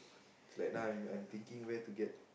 it's like now I'm I'm thinking where to get